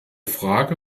frage